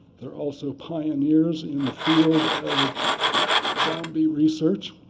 they're also pioneers in the field of zombie research.